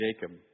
Jacob